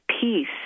peace